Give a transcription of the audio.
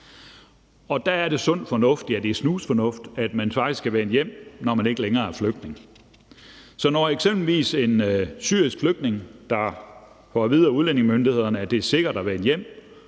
ja, det er snusfornuft, at man faktisk kan vende hjem, når man ikke længere er flygtning. Så når eksempelvis en syrisk flygtning, der får at vide af udlændingemyndighederne, at det er sikkert at vende hjem,